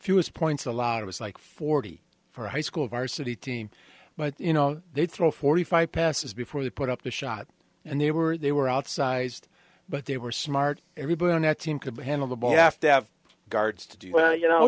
view is points a lot of us like forty for a high school varsity team but you know they throw forty five passes before they put up the shot and they were they were outsized but they were smart everybody on that team could handle the